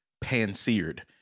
pan-seared